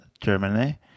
germany